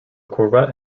corvette